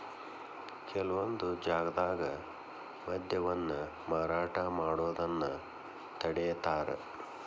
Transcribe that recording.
ಕೆಲವೊಂದ್ ಜಾಗ್ದಾಗ ಮದ್ಯವನ್ನ ಮಾರಾಟ ಮಾಡೋದನ್ನ ತಡೇತಾರ